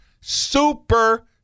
super